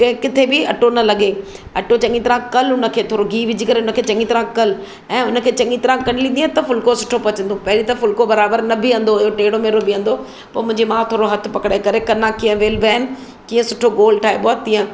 कंहिं किथे बि अटो न लॻे अट्टो चङी तरह कलु उनखे तूं थोरो गीहु विझी करे चङी तरह कलु ऐं उनखे चङी तरह कलींदीअ त फुलिको सुठो पचंदो पहिरीं त फुलिको बराबरु बीहंदो हुयो टेढ़ो मेढ़ो बीहंदो पोइ मुंहिंजी माउ थोरो हथ पकिड़े कना कीअं वेलिबा आहिनि कीअं सुठो गोलु ठाहिबो आहे तीअं